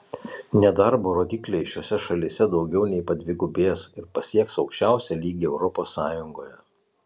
nedarbo rodikliai šiose šalyse daugiau nei padvigubės ir pasieks aukščiausią lygį europos sąjungoje